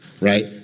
right